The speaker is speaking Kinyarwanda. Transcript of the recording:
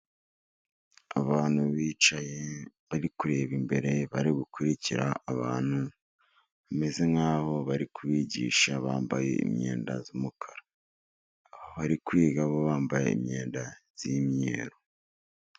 Abantu bicaye bari kureba imbere, bari gukurikira abantu bameze nk'aho bari kubigisha ,bambaye imyenda y'umukara, abari kwiga bo bambaye imyenda y'imyeru.